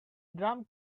drum